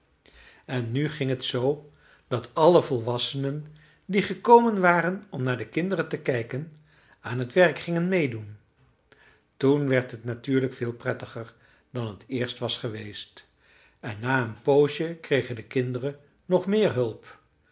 en nu ging t zoo dat alle volwassenen die gekomen waren om naar de kinderen te kijken aan t werk gingen meêdoen toen werd het natuurlijk veel prettiger dan t eerst was geweest en na een poosje kregen de kinderen nog meer hulp